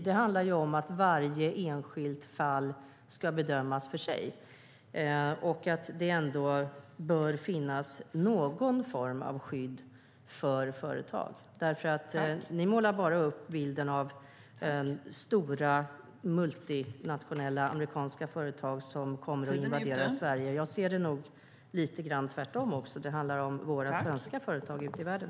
Det handlar om att varje enskilt fall ska bedömas för sig och att det bör finnas någon form av skydd för företag. Ni målar bara upp bilden av stora multinationella amerikanska företag som kommer att invadera Sverige. Jag ser det nog lite grann tvärtom också - det handlar om våra svenska företag ute i världen.